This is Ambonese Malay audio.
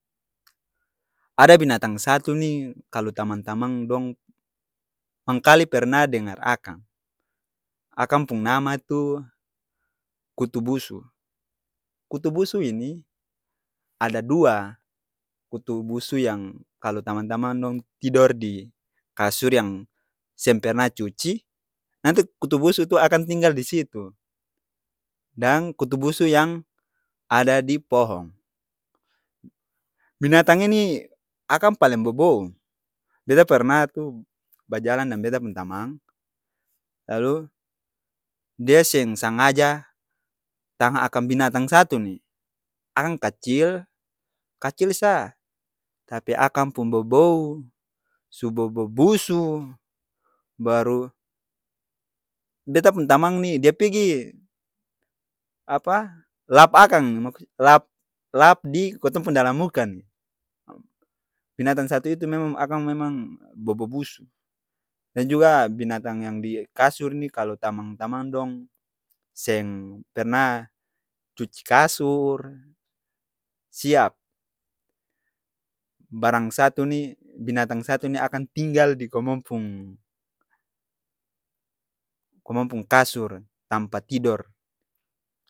Ada binatang satu ni kalu tamang-tamang dong mangkali pernah dengar akang. Akang pung nama tu kutu busu. Kutu busu ini ada dua, kutu busu yang kalo tamang-tamang dong tidor di kasur yang seng pernah cuci, nanti kutu busu tu akang tinggal di situ. dan kutu busu yang ada di pohong. Binatang ini akang paleng bobou. Beta pernah tu bajalang deng beta pung tamang, lalu dia seng sangaja tahang akang binatang satu ni. Akang kacil, kacil sa, tapi akang pung bobou, su bobo busu, baru beta pung tamang ni dia pigi lap akang, maksud- lap, lap di kotong pung dalam muka ni. Binatang satu itu memang akang memang bobo busu. Dan juga binatang yang di kasur ni kalo tamang-tamang dong seng pernah cuci kasur, siap barang satu ni, binatang satu ni tinggal di komong pung, komomg pung kasur, tampa tidor.